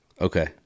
Okay